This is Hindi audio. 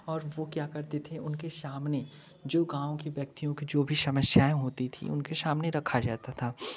और वो क्या करते थे उनके सामने जो गांव के व्यक्तियों जो भी समस्याएँ होती थी उनके सामने रखा जाता था